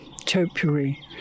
topiary